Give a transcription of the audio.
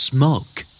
Smoke